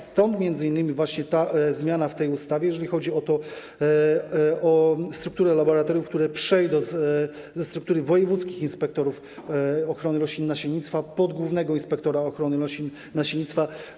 Stąd m.in. właśnie ta zmiana w ustawie, jeżeli chodzi o strukturę laboratoriów, które przejdą ze struktury wojewódzkich inspektorów ochrony roślin i nasiennictwa pod głównego inspektora ochrony roślin i nasiennictwa.